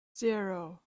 zero